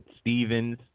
Stevens